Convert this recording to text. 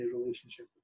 relationship